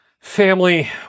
family